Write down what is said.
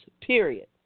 period